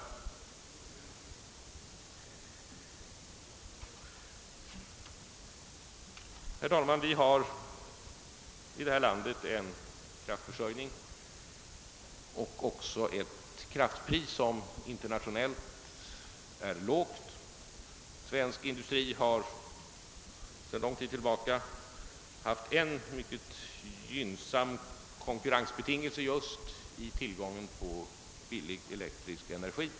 Herr talman! Vi har i vårt land ett kraftpris som internationellt sett är lågt. Svensk industri har sedan lång tid haft en mycket gynnsam konkurrensbetingelse just i tillgången på billig elektrisk energi.